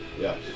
Yes